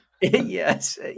Yes